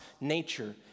nature